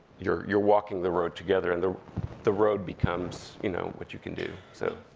you're you're walking the road together, and the the road becomes, you know, what you can do. so